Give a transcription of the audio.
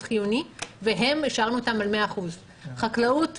חיוני והשארנו אותם על 100%. חקלאות,